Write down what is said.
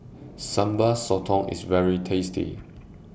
Sambal Sotong IS very tasty